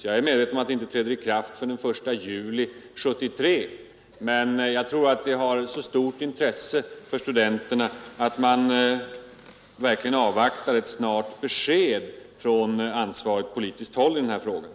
Jag är medveten om att det inte träder i kraft förrän den 1 juli 1973, men jag tror att denna fråga har så stort intresse för studenterna att de avvaktar ett snart besked från ansvarigt politiskt håll.